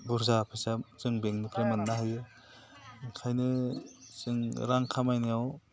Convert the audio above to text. बुरजा फैसा जों बेंकनिफ्राय मोननो हायो ओंखायनो जों रां खामायनायाव